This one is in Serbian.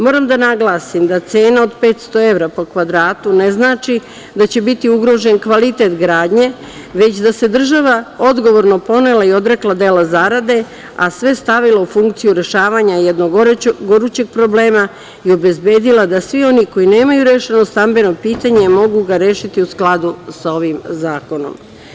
Moram da naglasim da cena od 500 evra po kvadratu ne znači da će biti ugrožen kvalitet gradnje, već da se država odgovorno ponela i odrekla dela zarade, a sve stavila u funkciju rešavanja jednog gorućeg problema i obezbedila da svi oni koji nemaju rešeno stambeno pitanje mogu ga rešiti u skladu sa ovim zakonom.